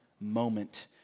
moment